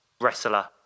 wrestler